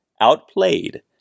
outplayed